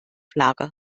lager